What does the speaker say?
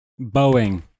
Boeing